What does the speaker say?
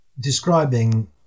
describing